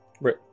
right